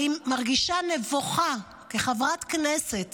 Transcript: אני מרגישה נבוכה כחברת כנסת